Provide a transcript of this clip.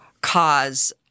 cause